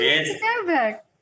Yes